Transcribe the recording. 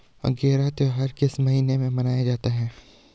अगेरा त्योहार किस महीने में मनाया जाता है?